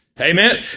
Amen